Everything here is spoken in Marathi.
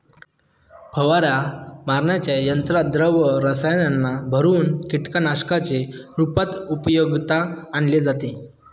फवारा मारण्याच्या यंत्रात द्रव रसायनांना भरुन कीटकनाशकांच्या रूपात उपयोगात आणले जाते